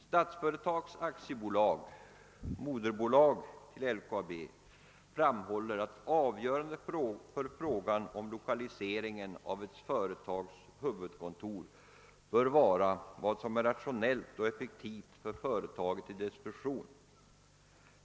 Statsföretag AB, moderföretag till LKAB, framhåller enligt utlåtandet »att avgörande för frågan om Ickaliseringen av ett företags "huvudkontor bör vara vad som är rationellt och effektivt för företaget i dess funktion».